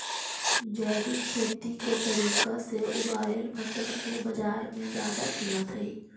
जैविक खेती के तरीका से उगाएल फसल के बाजार में जादा कीमत हई